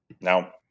Now